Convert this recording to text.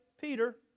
Peter